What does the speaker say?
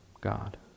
God